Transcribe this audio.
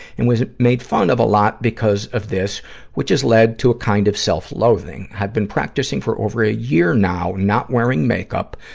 and was made fun of a lot because of this which has led to a kind of self-loathing. i've been practicing for over a year now not wearing make-up,